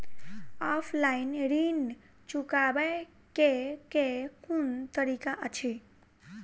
Offline ऋण चुकाबै केँ केँ कुन तरीका अछि?